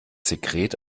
sekret